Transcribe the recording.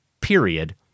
period